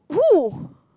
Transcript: who